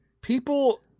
People